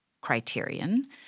criterion